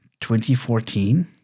2014